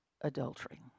adultery